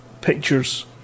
pictures